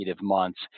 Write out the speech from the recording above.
months